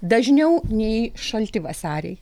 dažniau nei šalti vasariai